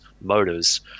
motors